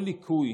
כל ליקוי